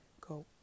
go